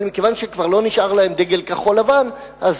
אבל מכיוון שכבר לא נשאר להם דגל כחול-לבן אז